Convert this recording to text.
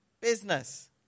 business